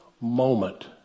moment